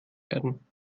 werden